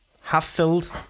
half-filled